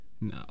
no